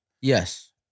Yes